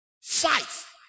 Five